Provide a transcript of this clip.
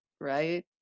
right